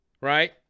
right